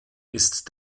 ist